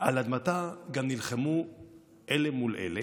על אדמתה גם נלחמו אלה מול אלה